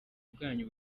bwanyu